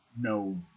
no